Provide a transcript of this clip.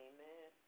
Amen